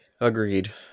Agreed